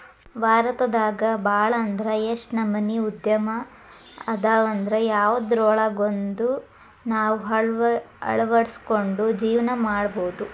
ಭಾರತದಾಗ ಭಾಳ್ ಅಂದ್ರ ಯೆಷ್ಟ್ ನಮನಿ ಉದ್ಯಮ ಅದಾವಂದ್ರ ಯವ್ದ್ರೊಳಗ್ವಂದಾದ್ರು ನಾವ್ ಅಳ್ವಡ್ಸ್ಕೊಂಡು ಜೇವ್ನಾ ಮಾಡ್ಬೊದು